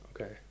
okay